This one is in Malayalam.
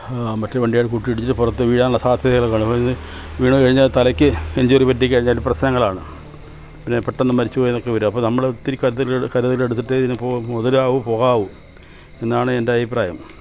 മറ്റ് വണ്ടികൾ കൂട്ടിയിടിച്ച് പുറത്ത് വീഴാനുള്ള സാധ്യതകള് കാണും അപ്പോള് ഇത് വീണ് കഴിഞ്ഞാല് തലയ്ക്ക് ഇഞ്ച്വറി പറ്റിക്കഴിഞ്ഞാൽ പ്രശ്നങ്ങളാണ് പിന്നെ പെട്ടെന്ന് മരിച്ചുപോയെന്നൊക്കെ വരാം അപ്പോള് നമ്മളൊത്തിരി കതിര്കള് കരുതലെടുത്തിട്ടേ ഇതിന് മുതിരാവു പോകാവൂ എന്നാണ് എന്റെ അഭിപ്രായം